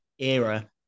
Era